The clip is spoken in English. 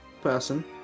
person